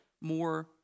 more